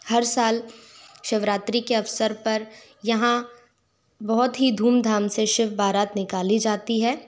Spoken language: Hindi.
हर साल शिवरात्रि के अवसर पर यहाँ बहुत ही धूमधाम से शिव बारात निकाली जाती है